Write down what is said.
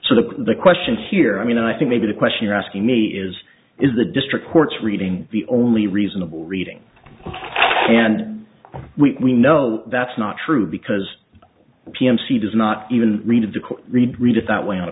so the question here i mean i think maybe the question you're asking me is is the district court's reading the only reasonable reading and we know that's not true because p m c does not even read the court read read it that way on a